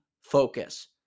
focus